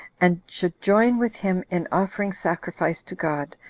and should join with him in offering sacrifice to god,